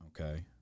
Okay